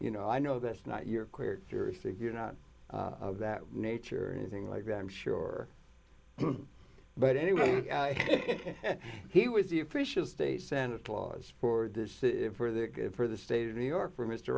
you know i know that's not your career seriously if you're not of that nature or anything like that i'm sure but anyway he was the official state santa claus for the for the for the state of new york for m